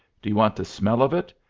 do you want to smell of it?